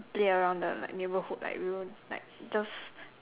play around the like neighbourhood like we will like just